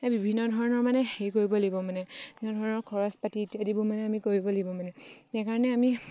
বিভিন্ন ধৰণৰ মানে হেৰি কৰিব লাগিব মানে বিভিন্ন ধৰণৰ খৰচ পাতি ইত্যাদিবোৰ মানে আমি কৰিব লাগিব মানে সেইকাৰণে আমি